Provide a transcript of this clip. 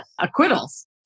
acquittals